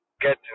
Get